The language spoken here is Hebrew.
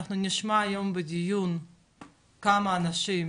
אנחנו נשמע היום בדיון כמה אנשים,